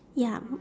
ya